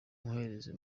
umuhererezi